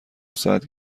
ساعت